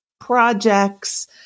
projects